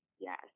Yes